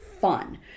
fun